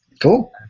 Cool